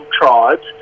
tribes